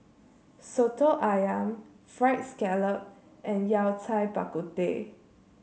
soto ayam fried scallop and Yao Cai Bak Kut Teh